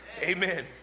Amen